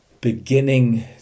beginning